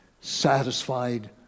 satisfied